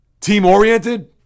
team-oriented